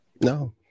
No